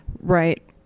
Right